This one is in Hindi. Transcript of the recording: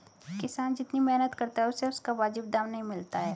किसान जितनी मेहनत करता है उसे उसका वाजिब दाम नहीं मिलता है